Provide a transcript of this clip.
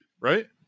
Right